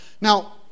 Now